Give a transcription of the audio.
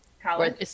college